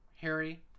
Harry